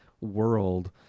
world